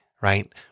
right